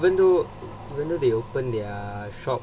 but even though they open their shop